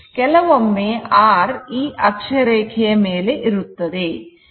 ಕೆಲವೊಮ್ಮೆ R ಈ ಅಕ್ಷರೇಖೆ ಮೇಲೆ ಇರುತ್ತದೆ